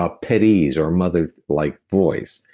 ah pet ease, or mother-like like voice,